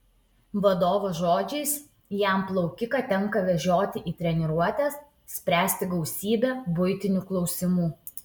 vadovo žodžiais jam plaukiką tenka vežioti į treniruotes spręsti gausybę buitinių klausimų